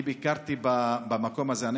אני ביקרתי במקום הזה,